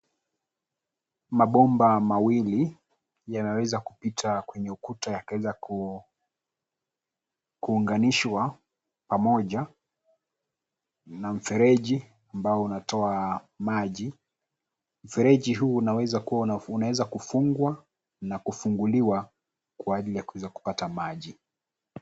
Mabomba mawili, yanaweza kupita kwenye ukuta yakaweza kuunganishwa pamoja na mfereji, ambao unatoa maji. Mfereji huu unaweza kuwa, unaweza kufungwa na kufunguliwa kwa ajili ya kuweza kupata maji.